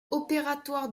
opératoire